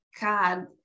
God